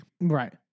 Right